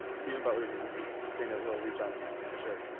stephen butler's he's saying he'll reach out to me for sure.